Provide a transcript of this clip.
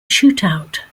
shootout